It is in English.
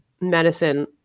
medicine